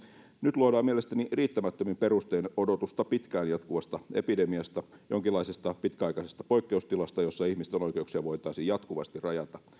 nyt luodaan mielestäni riittämättömin perustein odotusta pitkään jatkuvasta epidemiasta jonkinlaisesta pitkäaikaisesta poikkeustilasta jossa ihmisten oikeuksia voitaisiin jatkuvasti rajata